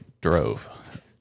drove